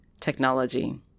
technology